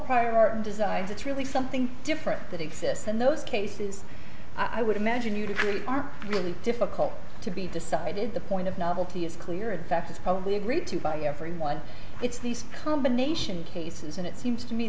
prior designs it's really something different that exists in those cases i would imagine you'd agree are really difficult to be decided the point of novelty is clear in fact it's probably agreed to by everyone it's these combination cases and it seems to me